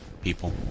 People